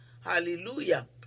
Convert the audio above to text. Hallelujah